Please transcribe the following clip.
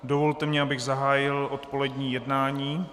Dovolte mi, abych zahájil odpolední jednání.